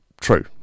True